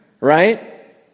Right